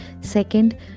second